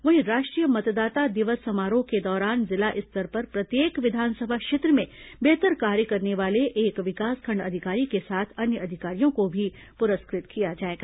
वहीं राष्ट्रीय मतदाता दिवस समारोह के दौरान जिला स्तर पर प्रत्येक विधानसभा क्षेत्र में बेहतर कार्य करने वाले एक विकासखंड अधिकारी के साथ अन्य अधिकारियों को पुरस्कृत भी किया जाएगा